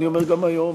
ואני אומר גם היום,